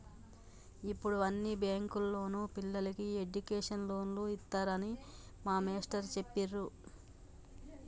యిప్పుడు అన్ని బ్యేంకుల్లోనూ పిల్లలకి ఎడ్డుకేషన్ లోన్లు ఇత్తన్నారని మా మేష్టారు జెప్పిర్రు